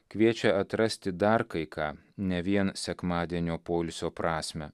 kviečia atrasti dar kai ką ne vien sekmadienio poilsio prasmę